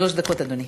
שלוש דקות, אדוני.